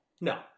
No